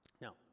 Now